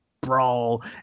brawl